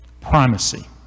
Primacy